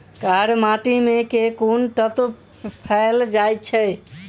कार्य माटि मे केँ कुन तत्व पैल जाय छै?